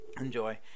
enjoy